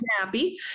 happy